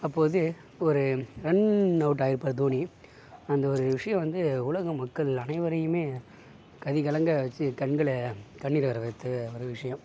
அப்போது ஒரு ரன் அவுட்டாக ஆயிருப்பாரு தோனி அந்த ஒரு விஷயம் வந்து உலக மக்கள் அனைவரையிமே கதி கலங்க வச்சு கண்களை கண்ணீர வர வைத்த ஒரு விஷயம்